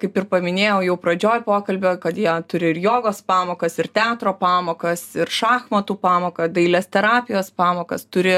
kaip ir paminėjau jau pradžioj pokalbio kad jie turi ir jogos pamokas ir teatro pamokas ir šachmatų pamoką dailės terapijos pamokas turi